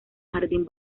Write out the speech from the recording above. jardín